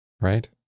right